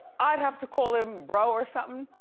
i'd have to call him bro or something.